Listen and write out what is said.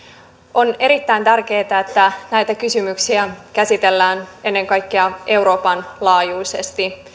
on erittäin tärkeätä että näitä kysymyksiä käsitellään ennen kaikkea euroopan laajuisesti